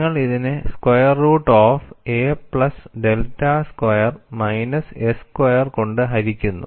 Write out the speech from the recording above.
നിങ്ങൾ ഇതിനെ square root of a plus delta square minus s square കൊണ്ട് ഹരിക്കുന്നു